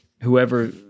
whoever